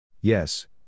Yes